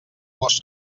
vos